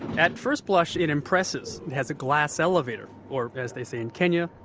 at first blush, it impresses. it has a glass elevator or as they say in kenya,